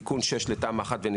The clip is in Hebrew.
תיקון 6 לתמ"א 1 כמובן,